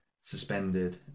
suspended